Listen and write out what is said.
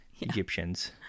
Egyptians